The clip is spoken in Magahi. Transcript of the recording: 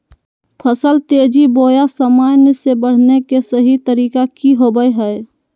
फसल तेजी बोया सामान्य से बढने के सहि तरीका कि होवय हैय?